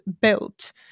Built